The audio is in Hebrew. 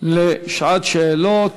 לשעת שאלות.